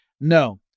no